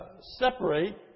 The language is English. separate